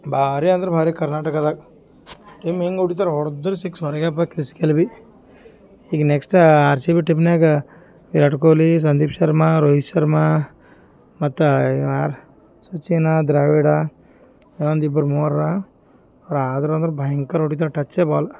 ಭಾರಿ ಅಂದ್ರೆ ಭಾರಿ ಕರ್ನಾಟಕದಾಗೆ ನಿಮ್ಮ ಹಿಂಗೆ ಹೊಡಿತರೋ ಹೊಡೆದ್ರೆ ಸಿಕ್ಸ್ ಹೊರಗೆಪ ಕ್ರಿಸ್ಗೆಲ್ ಬಿ ಈಗ ನೆಕ್ಸ್ಟ್ ಆರ್ ಸಿ ಬಿ ಟೀಮ್ನಾಗೆ ವಿರಾಟ್ ಕೊಹ್ಲಿ ಸಂದೀಪ್ ಶರ್ಮ ರೋಹಿತ್ ಶರ್ಮ ಮತ್ತು ಇವ ಯಾರು ಸಚಿನ ದ್ರಾವಿಡ ಇನೊಂದು ಇಬ್ಬರು ಮೂವರು ರಾದ್ರು ಅಂದ್ರೆ ಭಯಂಕರ ಹೊಡೀತಾರೆ ಟಚ್ಚೇ ಬಾಲ್